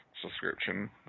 subscription